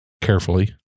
carefully